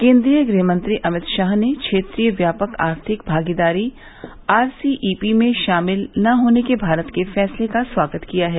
केन्द्रीय गृहमंत्री अमित शाह ने क्षेत्रीय व्यापक आर्थिक भागीदारी आरसीईपी में शामिल न होने के भारत के फैसले का स्वागत किया है